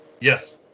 yes